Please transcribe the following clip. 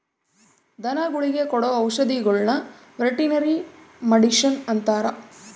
ಧನಗುಳಿಗೆ ಕೊಡೊ ಔಷದಿಗುಳ್ನ ವೆರ್ಟನರಿ ಮಡಿಷನ್ ಅಂತಾರ